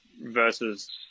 versus